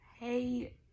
Hey